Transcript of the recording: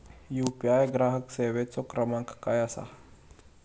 UPI ग्राहक सेवेचो क्रमांक काय असा?